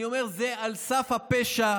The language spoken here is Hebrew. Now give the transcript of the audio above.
אני אומר, זה על סף הפשע.